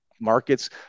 markets